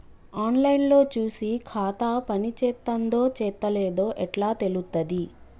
On line లో చూసి ఖాతా పనిచేత్తందో చేత్తలేదో ఎట్లా తెలుత్తది?